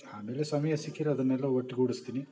ಆಮೇಲೆ ಸಮಯ ಸಿಕ್ಕಿರೋದನ್ನೆಲ್ಲ ಒಟ್ಟುಗೂಡಿಸ್ತಿನಿ